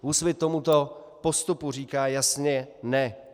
Úsvit tomuto postupu říká jasně ne!